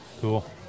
Cool